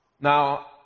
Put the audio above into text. Now